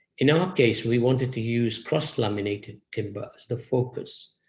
in our case, we wanted to use cross-laminated timber as the focus.